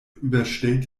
überstellt